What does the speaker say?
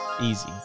Easy